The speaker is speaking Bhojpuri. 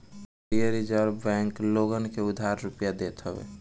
भारतीय रिजर्ब बैंक लोगन के उधार रुपिया देत हवे